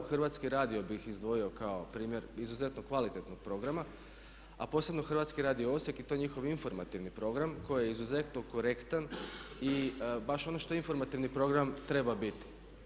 Hrvatski radio bih izdvojio kao primjer izuzetno kvalitetnog programa, a posebno hrvatski radio Osijek i to njihov informativni program koji je izuzetno korektan i baš ono što informativni program treba biti.